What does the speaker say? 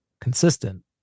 consistent